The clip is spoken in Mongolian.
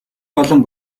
болон